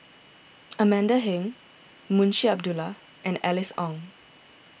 Amanda Heng Munshi Abdullah and Alice Ong